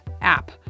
app